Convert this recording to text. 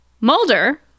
Mulder